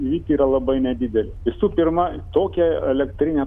įvykti yra labai nedidelė visų pirma tokią elektrinę